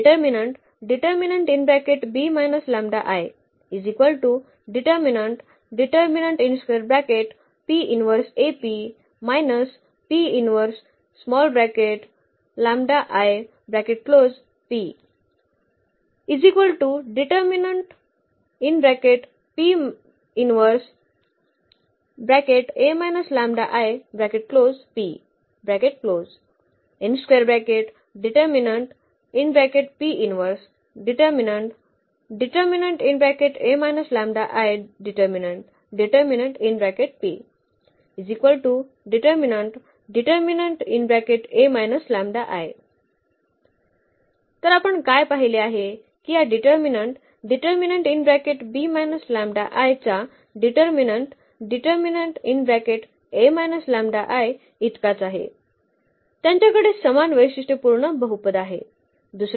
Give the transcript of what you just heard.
तर आपण घेतो तर आपण काय पाहिले आहे की या चा डिटर्मिनन्ट इतकाच आहे त्यांच्याकडे समान वैशिष्ट्यपूर्ण बहुपद आहे